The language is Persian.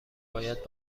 باید